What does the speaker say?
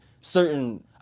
certain